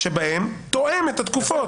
שבהם תואם את התקופות.